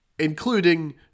Including